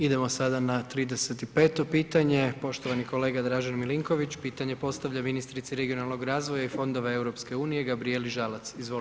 Idemo sada na 35-to pitanje, poštovani kolega Dražen Milinković pitanje postavlja ministrici regionalnog razvoja i Fondova EU, Gabrijeli Žalac, izvolite.